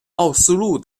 奥斯陆